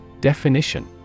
Definition